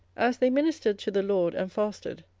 as they ministered to the lord, and fasted,